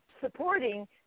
supporting